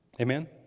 Amen